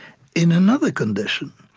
in another condition,